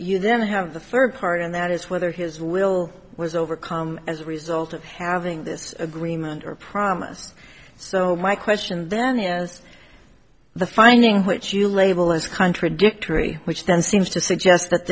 then have the third part and that is whether his will was overcome as a result of having this agreement or promise so my question then is the finding which you label as contradictory which then seems to suggest that